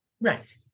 Right